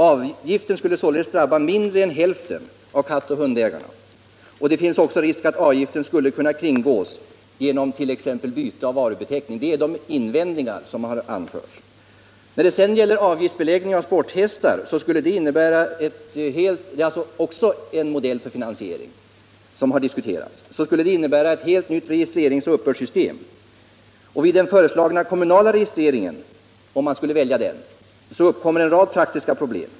Avgiften skulle således drabba mindre än hälften av kattoch hundägarna. Det finns också risk för att avgiften skulle kunna kringgås, t.ex. genom byte av varubeteckning. - Det är de invändningar som har anförts. När det sedan gäller förslaget om avgiftsbeläggning av sporthästar — också en modell för finansiering som har diskuterats — skulle det innebära ett helt nytt registreringsoch uppbördssystem. Vid den föreslagna kommunala registreringen — om man skulle välja den modellen — skulle det uppkomma en rad praktiska problem.